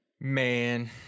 Man